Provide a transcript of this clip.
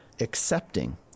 accepting